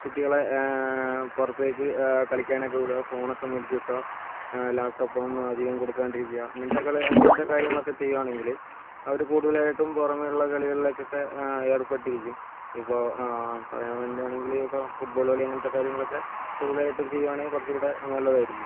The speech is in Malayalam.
കുട്ടികളെ പുറത്തേക്ക് കളിക്കാനൊക്കെ വിടുക ഫോണൊക്കെ മേടിച്ച് വെക്കുക ലാപ്ടോപ്പ് ഒന്നും അധികം കൊടുക്കാണ്ട് ഇരിക്കുക ഇങ്ങനത്തെ കാര്യങ്ങളൊക്കെ ചെയ്യുവാണെങ്കിൽ അവർ കൂടുതലായിട്ടും പുറമേ ഉള്ള കളികളിലേക്കൊക്കെ ഏർപ്പെട്ടിരിക്കും ഇപ്പോൾ പറയാൻ വേണ്ടിയാണെങ്കിൽ ഇപ്പോൾ ഫുട്ബോൾ കളി അങ്ങനത്തെ കാര്യങ്ങളൊക്കെ കൂടുതലായിട്ടും ചെയ്യുവാണെങ്കിൽ കുറച്ചും കൂടി നല്ലതായിരിക്കും